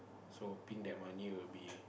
so hoping that money will be